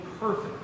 perfect